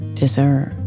deserve